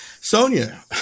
Sonia